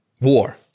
War